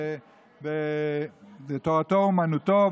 תורתו אומנותו,